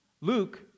Luke